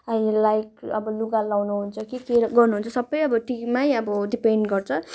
अब लाइक अब लुगा लगाउनु हुन्छ कि के गर्नुहुन्छ अब सबै अब टीमै अब डिपेन्ड गर्छ